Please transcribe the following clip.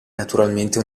naturalmente